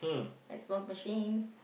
like smoke machine